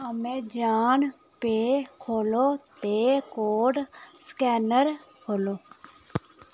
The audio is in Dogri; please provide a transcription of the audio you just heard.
अमेजान पेऽ खोह्ल्लो ते कोड स्कैनर खोह्ल्लो